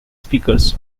speakers